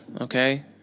okay